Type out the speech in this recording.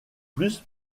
plus